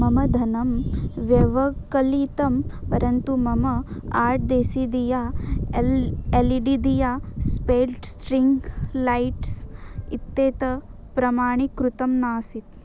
मम धनं व्यवकलितं परन्तु मम आट् देसी दिया एल् एल् इ डी दिया स्पेड् स्ट्रिङ्ग् लैट्स् इत्येतत् प्रमाणीकृतं नासीत्